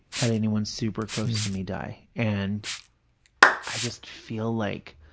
had anyone super close to me die, and i just feel like